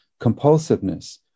compulsiveness